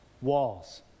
walls